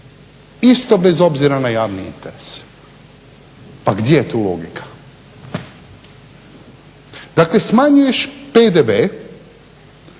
isto bez obzira na javni interes. Pa gdje je tu logika. Dakle smanjuješ PDV,